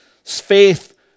Faith